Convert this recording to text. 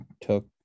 took